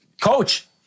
coach